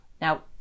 Now